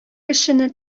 кешене